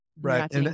Right